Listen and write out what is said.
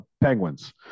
Penguins